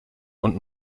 und